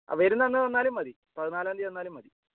വരുന്ന അന്ന് തന്നാലും മതി പതിനാലാം തീയതി തന്നാലും മതി